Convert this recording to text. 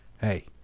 hey